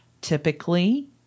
Typically